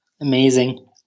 Amazing